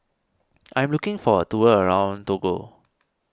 I am looking for a tour around Togo